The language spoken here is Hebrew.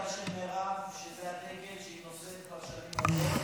לזכותה של מירב שזה הדגל שהיא נושאת כבר שנים רבות,